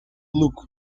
look